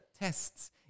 tests